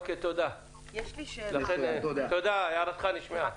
תודה, הערתך נשמעה.